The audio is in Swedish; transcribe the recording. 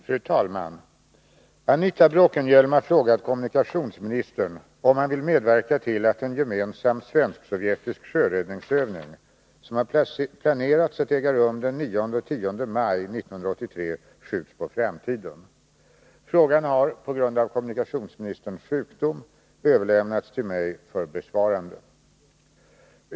Fru talman! Anita Bråkenhielm har frågat kommunikationsministern om han vill medverka till att en gemensam svensk-sovjetisk sjöräddningsövning som har planerats att äga rum den 9 och 10 maj 1983 skjuts på framtiden. Frågan har på grund av kommunikationsministerns sjukdom överlämnats till mig för besvarande.